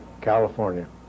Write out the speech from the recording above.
California